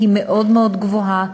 היא מאוד מאוד גבוהה.